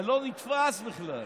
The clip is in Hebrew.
זה לא נתפס בכלל.